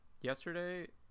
yesterday